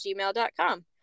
gmail.com